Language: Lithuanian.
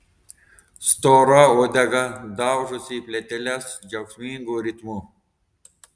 stora uodega daužosi į plyteles džiaugsmingu ritmu